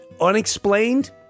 unexplained